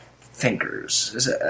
thinkers